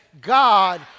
God